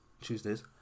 Tuesdays